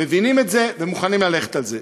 מבינים את זה ומוכנים ללכת על זה.